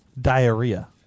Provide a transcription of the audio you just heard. diarrhea